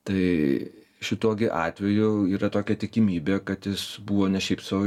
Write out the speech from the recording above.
tai šituo gi atveju yra tokia tikimybė kad jis buvo ne šiaip sau